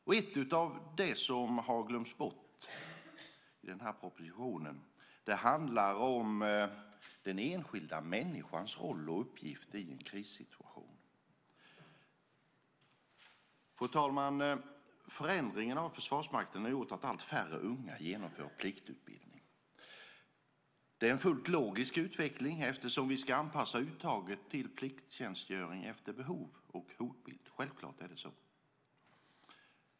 En av de aspekter som har glömts bort i den här propositionen är den enskilda människans roll och uppgift vid en krissituation. Förändringen av Försvarsmakten har gjort att allt färre unga genomför pliktutbildning. Det är en fullt logisk utveckling eftersom vi ska anpassa uttaget till plikttjänstgöring efter behov och hotbild. Självklart är det så.